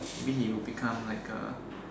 maybe he will become like a